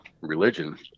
religion—